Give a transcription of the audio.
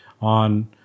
on